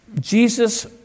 Jesus